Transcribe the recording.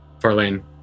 Farlane